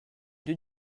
deux